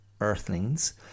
earthlings